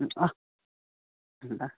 अँह अँह